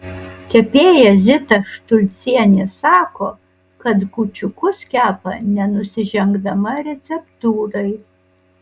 kepėja zita štulcienė sako kad kūčiukus kepa nenusižengdama receptūrai